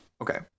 Okay